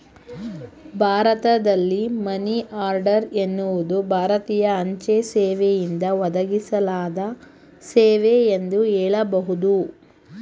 ಭಾರತದಲ್ಲಿ money order ಎನ್ನುವುದು ಭಾರತೀಯ ಅಂಚೆ ಸೇವೆಯಿಂದ ಒದಗಿಸಲಾದ ಸೇವೆ ಎಂದು ಹೇಳಬಹುದು